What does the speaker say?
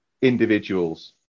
individuals